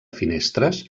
finestres